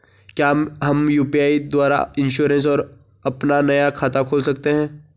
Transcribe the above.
क्या हम यु.पी.आई द्वारा इन्श्योरेंस और अपना नया खाता खोल सकते हैं?